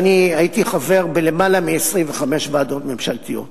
והייתי חבר בלמעלה מ-25 ועדות ממשלתיות